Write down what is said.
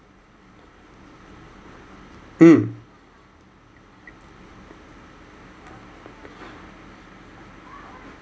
mm